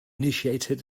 initiated